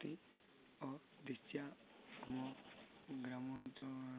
ଦେଶିଆ ଆମ ଗ୍ରାମାଞ୍ଚଳ